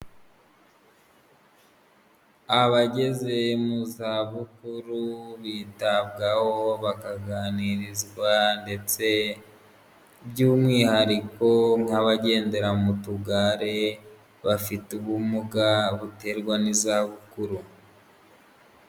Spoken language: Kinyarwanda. abageze mu zabukuru bitabwaho bakaganirizwa ndetse by'umwihariko nk'abagendera mu tugare bafite ubumuga buterwa n'izabukuru.